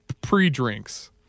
Pre-drinks